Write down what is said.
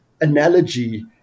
analogy